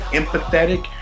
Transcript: empathetic